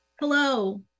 Hello